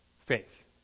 faith